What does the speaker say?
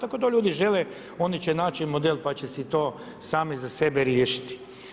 Ako to ljudi žele oni će naći model, pa će si to sami za sebe riješiti.